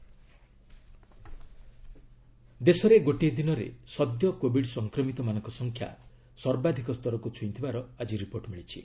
covid status ଦେଶରେ ଗୋଟିଏ ଦିନରେ ସଦ୍ୟ କୋବିଡ ସଂକ୍ରମିତମାନଙ୍କ ସଂଖ୍ୟା ସର୍ବାଧିକ ସ୍ତରକୁ ଛୁଇଁଥିବାର ଆଜି ରିପୋର୍ଟ ମିଳିଛି